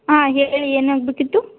ಹಾಂ ಹೇಳಿ ಏನಾಗಬೇಕಿತ್ತು